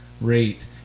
rate